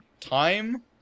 time